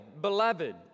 beloved